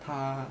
他